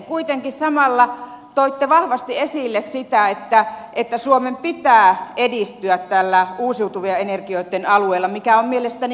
kuitenkin samalla toitte vahvasti esille sitä että suomen pitää edistyä tällä uusiutuvien energioitten alueella mikä on mielestäni hyvä